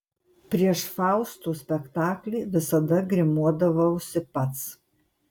prieš fausto spektaklį visada grimuodavausi pats